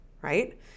right